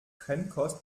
trennkost